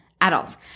adults